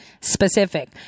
specific